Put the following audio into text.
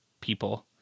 people